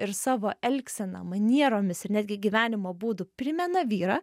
ir savo elgsena manieromis ir netgi gyvenimo būdu primena vyrą